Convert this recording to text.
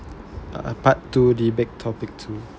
uh part two debate topic two